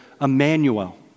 Emmanuel